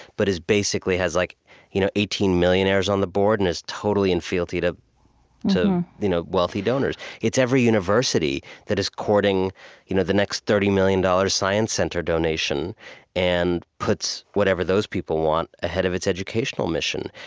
but basically has like you know eighteen millionaires on the board and is totally in fealty to to you know wealthy donors. it's every university that is courting you know the next thirty million dollars science center donation and puts whatever those people want ahead of its educational mission.